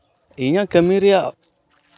ᱤᱧᱟᱹᱜ ᱠᱟᱹᱢᱤ ᱨᱮᱭᱟᱜ